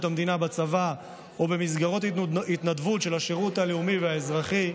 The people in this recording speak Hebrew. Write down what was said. המדינה בצבא או במסגרות התנדבות של השירות הלאומי והאזרחי,